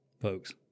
Folks